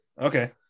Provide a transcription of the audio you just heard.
Okay